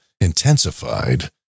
intensified